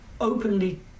openly